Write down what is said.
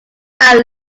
are